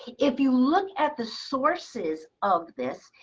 if you look at the sources of this,